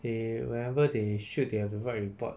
they whenever they shoot they have to write report